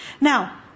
Now